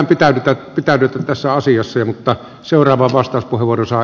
yritetään pitäytyä tässä asiassa mutta seuraava vasta kun nuoriso